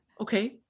Okay